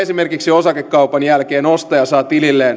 osakekaupan jälkeen ostaja saa tililleen